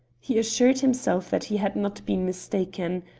he assured himself that he had not been mistaken.